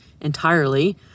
entirely